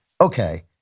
okay